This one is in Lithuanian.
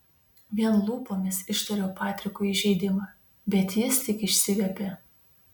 vien lūpomis ištariau patrikui įžeidimą bet jis tik išsiviepė